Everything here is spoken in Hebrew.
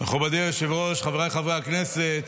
מכובדי היושב-ראש, חבריי חברי הכנסת,